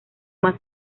más